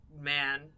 man